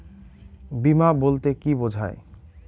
বিমা বলতে কি বোঝায়?